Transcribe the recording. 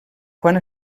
quant